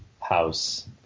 house